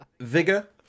Vigor